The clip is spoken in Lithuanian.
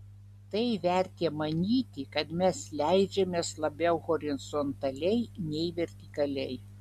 tai vertė manyti kad mes leidžiamės labiau horizontaliai nei vertikaliai